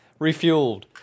refueled